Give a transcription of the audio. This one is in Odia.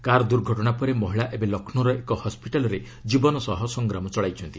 କାର୍ ଦୂର୍ଘଟଣା ପରେ ମହିଳା ଏବେ ଲକ୍ଷ୍ରୌର ଏକ ହସିଟାଲ୍ରେ ଜୀବନ ସହ ସଂଗ୍ରାମ ଚଳାଇଛନ୍ତି